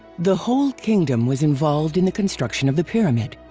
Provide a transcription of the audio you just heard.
the whole kingdom was involved in the construction of the pyramid.